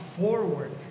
forward